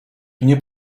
nie